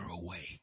away